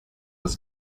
was